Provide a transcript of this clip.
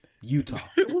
Utah